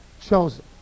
chosen